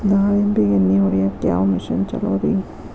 ದಾಳಿಂಬಿಗೆ ಎಣ್ಣಿ ಹೊಡಿಯಾಕ ಯಾವ ಮಿಷನ್ ಛಲೋರಿ?